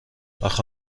اخه